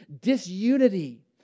disunity